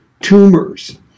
tumors